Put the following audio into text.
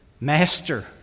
Master